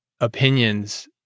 opinions